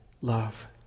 love